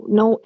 no